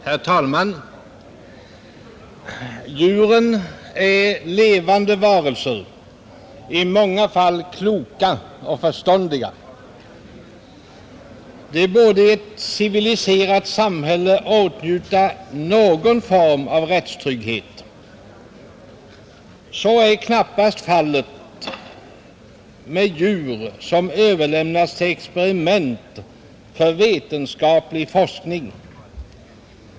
Herr talman! Djuren är levande varelser, i många fall kloka och förståndiga. De borde i ett civiliserat samhälle åtnjuta någon form av rättstrygghet. Så är emellertid knappast fallet med de djur som överlämnas till experiment för vetenskaplig forskning.